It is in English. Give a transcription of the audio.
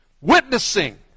Witnessing